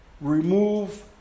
remove